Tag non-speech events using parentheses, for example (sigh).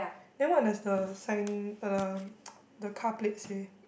then what does the sign for the (noise) the car plate say